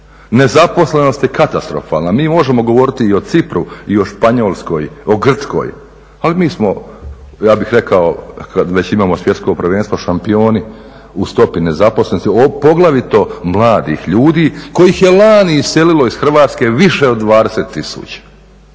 Nezaposlenost je katastrofalna. Mi možemo govoriti i o Cipru i o Španjolskoj, o Grčkoj ali mi smo ja bih rekao kad već imamo svjetsko prvenstvo šampioni u stopi nezaposlenosti poglavito mladih ljudi kojih je lani iselilo iz Hrvatske više od 20000